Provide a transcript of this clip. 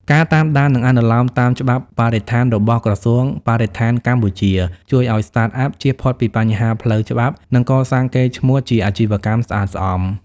ការតាមដាន និងអនុលោមតាមច្បាប់បរិស្ថានរបស់ក្រសួងបរិស្ថានកម្ពុជា ជួយឱ្យ Startup ជៀសផុតពីបញ្ហាផ្លូវច្បាប់ និងកសាងកេរ្តិ៍ឈ្មោះជាអាជីវកម្មស្អាតស្អំ។